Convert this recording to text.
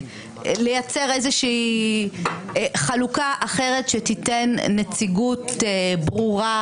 לייצר איזושהי חלוקה אחרת שתיתן נציגות ברורה